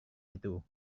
itu